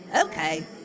Okay